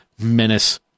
menace